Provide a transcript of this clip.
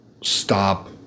stop